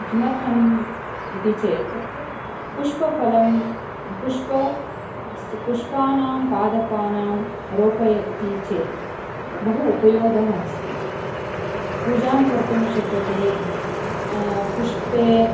किमर्थम् इति चेत् पुष्पफलं पुष्पं पुष्पानां पादपानां रोपयति चेत् बहु उपयोगः अस्ति पूजां कर्तुं शक्यते पुष्पे